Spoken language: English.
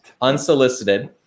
unsolicited